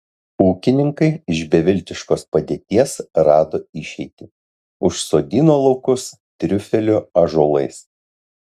ūkininkai iš beviltiškos padėties rado išeitį užsodino laukus triufelių ąžuolais